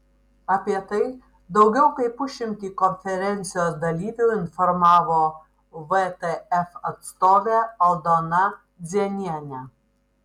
apie tai daugiau kaip pusšimtį konferencijos dalyvių informavo vtf atstovė aldona dzienienė